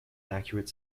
accurate